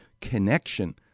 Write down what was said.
connection